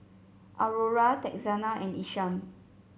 Aurora Texanna and Isham